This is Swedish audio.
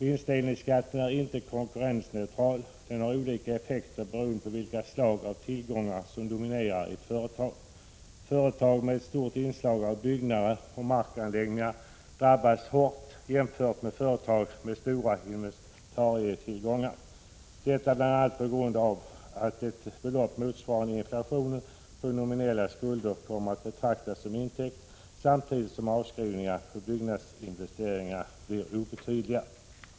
Vinstdelningsskatten är inte konkurrensneutral. Den har olika effekter beroende på vilka slag av tillgångar som dominerar i ett företag. Företag med stort inslag av byggnader och markanläggningar drabbas hårt jämfört med företag som har stora inventarietillgångar, detta bl.a. på grund av att ett belopp motsvarande inflationen på nominella skulder kommer att betraktas som intäkt, samtidigt som avskrivningarna för byggnadsinvesteringar blir obetydliga.